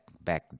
back